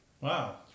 Wow